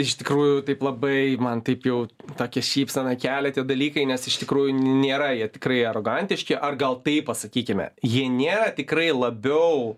iš tikrųjų taip labai man taip jau tokią šypseną kelia tie dalykai nes iš tikrųjų nėra jie tikrai arogantiški ar gal taip pasakykime jie nėra tikrai labiau